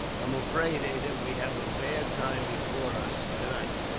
i'm afraid, ada, we have a bad time before us tonight.